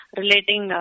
relating